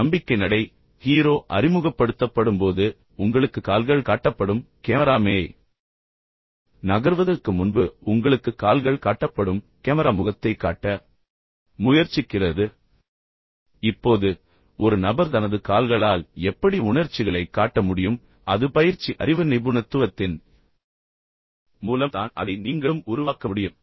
நம்பிக்கை நடை ஹீரோ அறிமுகப்படுத்தப்படும்போது உங்களுக்கு கால்கள் காட்டப்படும் உண்மையில் கேமரா மேலே நகர்வதற்கு முன்பு உங்களுக்கு கால்கள் காட்டப்படும் பின்னர் கேமரா முகத்தைக் காட்ட முயற்சிக்கிறது இப்போது ஒரு நபர் தனது கால்களால் எப்படி உணர்ச்சிகளைக் காட்ட முடியும் எனவே அது பயிற்சி அறிவு நிபுணத்துவத்தின் மூலம் தான் அதை நீங்களும் உருவாக்க முடியும்